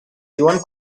viuen